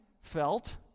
felt